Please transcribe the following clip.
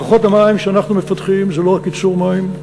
מערכות המים שאנחנו מפתחים זה לא רק ייצור מים,